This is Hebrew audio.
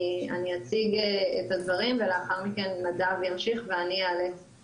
אציג את הדברים ולאחר מכן נדב ימשיך ואני אאלץ